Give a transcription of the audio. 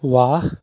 वाह